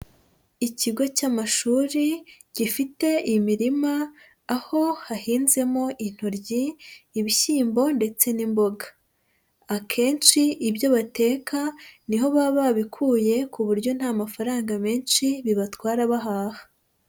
Ikigo cy'amashuri, gifite imirima, aho hahinzemo intoryi, ibishyimbo ndetse n'imboga. Akenshi ibyo bateka ni ho baba babikuye ku buryo nta mafaranga menshi, bibatwara bahaha.